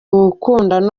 gukora